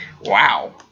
Wow